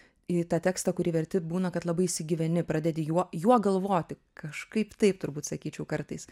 į tą tekstą kurį verti būna kad labai įsigyveni pradedi juo juo galvoti kažkaip taip turbūt sakyčiau kartais